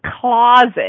closet